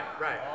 right